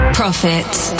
profits